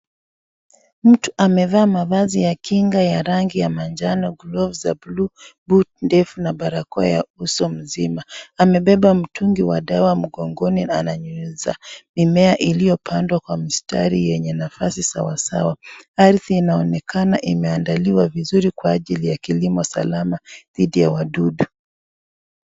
Mtu amevaa mavazi ya kinga ya rangi ya manjano glovu za blu buti ndefu na barakoa ya uso mzima . Amebeba mtungi wa dawa mgongoni na ananyunyiza mimea iliyopandwa kwa mstari yenye nafasi sawa sawa. Ardhi inaonekana imeandaliwa vizuri kwa ajili ya kilimo salama dhidi ya wadudu.